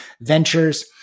ventures